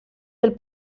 del